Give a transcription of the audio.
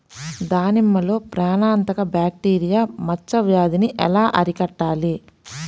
దానిమ్మలో ప్రాణాంతక బ్యాక్టీరియా మచ్చ వ్యాధినీ ఎలా అరికట్టాలి?